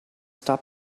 stop